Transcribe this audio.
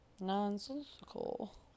Nonsensical